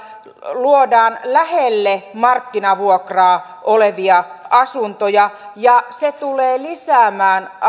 luodaan lähelle markkinavuokraa olevia asuntoja ja se tulee lisäämään